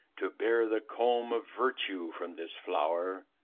to bear the comb of virtue from this flower,